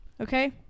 okay